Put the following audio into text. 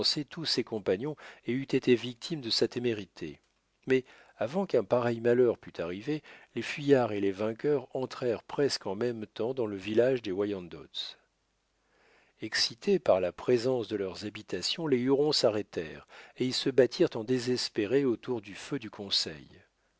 tous ses compagnons et eût été victime de sa témérité mais avant qu'un pareil malheur pût arriver les fuyards et les vainqueurs entrèrent presque en même temps dans le village des wyandots excités par la présence de leurs habitations les hurons s'arrêtèrent et ils se battirent en désespérés autour du feu du conseil